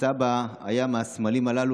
וסבא היה מהסמלים הללו,